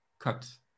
Cut